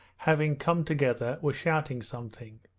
having come together, were shouting something.